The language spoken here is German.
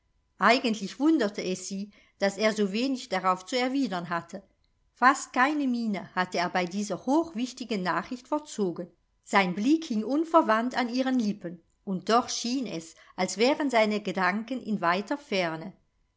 eigentlich wunderte es sie daß er so wenig darauf zu erwidern hatte fast keine miene hatte er bei dieser hochwichtigen nachricht verzogen sein blick hing unverwandt an ihren lippen und doch schien es als wären seine gedanken in weiter ferne